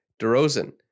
DeRozan